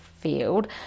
field